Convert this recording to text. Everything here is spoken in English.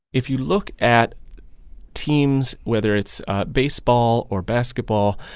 if you look at teams, whether it's baseball or basketball,